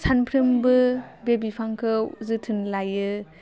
सानफ्रोमबो बे बिफांखौ जोथोन लायो